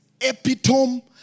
epitome